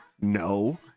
no